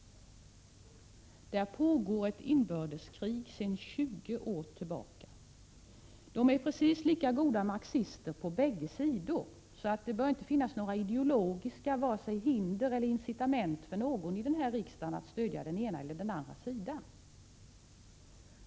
Där pågår sedan 20 år tillbaka ett inbördeskrig. På bägge sidor är man precis lika goda marxister, så det bör inte finnas några ideologiska vare sig hinder eller incitament för någon i den här riksdagen att stödja den ena eller den andra sidan.